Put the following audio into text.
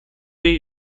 wave